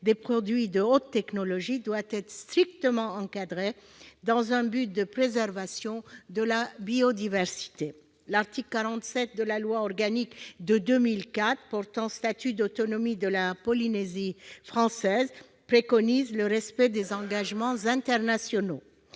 de produits de haute technologie, doit être strictement encadrée, à des fins de préservation de la biodiversité. L'article 47 de la loi organique de 2004 portant statut d'autonomie de la Polynésie française prévoit le respect des engagements internationaux.